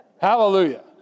Hallelujah